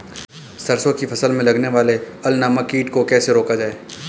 सरसों की फसल में लगने वाले अल नामक कीट को कैसे रोका जाए?